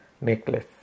necklace